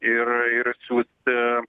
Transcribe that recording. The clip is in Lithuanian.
ir ir siųsti